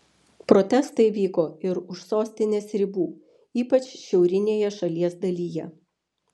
protestai vyko ir už sostinės ribų ypač šiaurinėje šalies dalyje